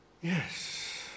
yes